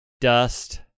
dust